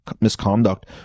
misconduct